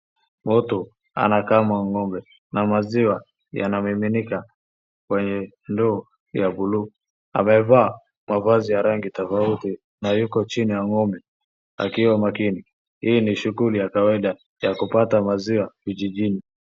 Mtu anakama ng'ombe na maziwa yanamiminika kwenye ndoo ya blue .Amevaa mavazi ya rangi tofauti na yuko chini ya ng'ombe akiwa makini. Hii ni shughuli ya kawaida ya kupata maziwa kijijini.